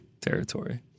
territory